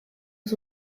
was